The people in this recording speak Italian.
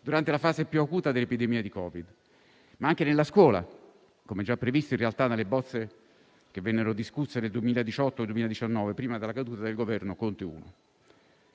durante la fase più acuta dell'epidemia di Covid; come accaduto anche nella scuola, come già previsto in realtà nelle bozze che vennero discusse nel 2018-2019, prima della caduta del governo Conte I.